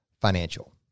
Financial